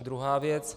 Druhá věc.